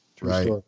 Right